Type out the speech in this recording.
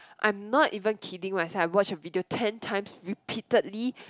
I'm not even kidding myself I watch a video ten times repeatedly